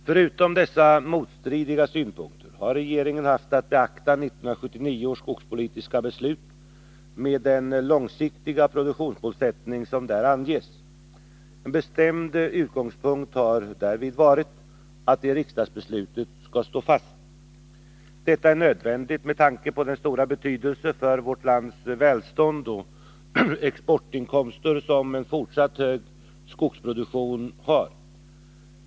Förutom dessa motstridiga synpunkter har regeringen haft att beakta 1979 års skogspolitiska beslut, med den långsiktiga produktionsmålsättning som där anges. En bestämd utgångspunkt har därvid varit att detta riksdagsbeslut skall stå fast. Detta är nödvändigt med tanke på den stora betydelse för vårt lands välstånd och exportinkomster som en fortsatt hög skogsproduktion har.